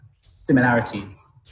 similarities